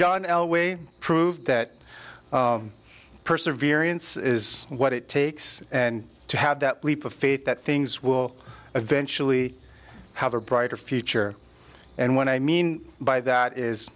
john elway proved that perseverance is what it takes and to have that leap of faith that things will eventually have a brighter future and what i mean by that is